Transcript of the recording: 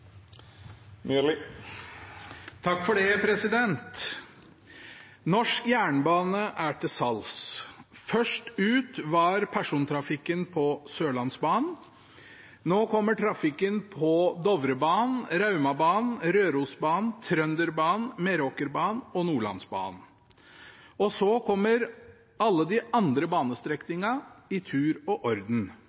Norsk jernbane er til salgs. Først ut var persontrafikken på Sørlandsbanen. Nå kommer trafikken på Dovrebanen, Raumabanen, Rørosbanen, Trønderbanen, Meråkerbanen og Nordlandsbanen, og så kommer alle de andre banestrekningene i tur og orden.